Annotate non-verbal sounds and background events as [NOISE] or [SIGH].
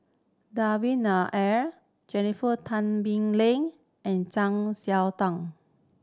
Devan Nair Jennifer Tan Bee Leng and Zang [UNINTELLIGIBLE]